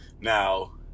Now